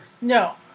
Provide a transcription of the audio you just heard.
No